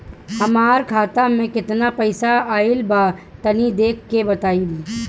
हमार खाता मे केतना पईसा आइल बा तनि देख के बतईब?